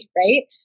right